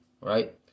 right